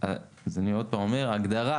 את ההצמדה